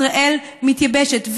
ישראל מתייבשת.